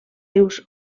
rius